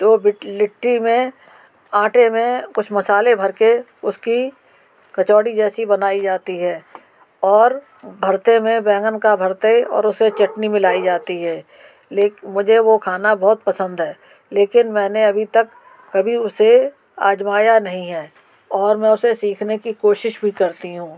तो लिट्टी में आटे में कुछ मसाले भर के उसकी कचौड़ी जैसी बनाई जाती है और भर्ते में बैंगन का भर्ते और उसमें चटनी मिलाई जाती है मुझे वो खाना बहुत पसंद है लेकिन मैंने अभी तक कभी उसे आजमाया नहीं है और मैं उसे सीखने की कोशिश भी करती हूँ